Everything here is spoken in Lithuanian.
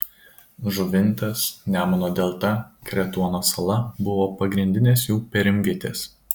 žuvintas nemuno delta kretuono sala buvo pagrindinės jų perimvietės